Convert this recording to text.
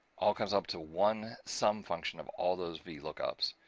all comes up to one sum function of all those vlookups